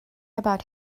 about